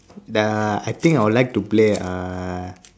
there are I think I would like to play uh